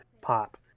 pop